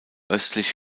östlich